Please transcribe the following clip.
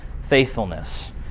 faithfulness